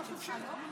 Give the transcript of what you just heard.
שידבר חופשי.